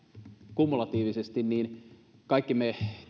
kumulatiivisesti ei ole helppoa kaikki me